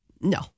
No